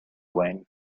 wayne